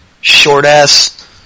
short-ass